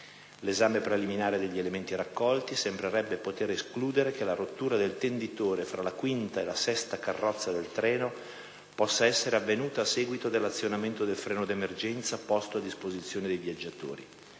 L'esame preliminare degli elementi raccolti sembrerebbe poter escludere che la rottura del tenditore fra la 5a e 6a carrozza del treno possa essere avvenuta a seguito dell'azionamento del freno d'emergenza posto a disposizione dei viaggiatori.